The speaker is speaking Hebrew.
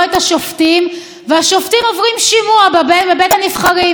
השופטים והשופטים עוברים שימוע בבית הנבחרים.